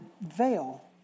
veil